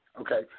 Okay